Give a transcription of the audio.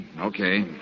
okay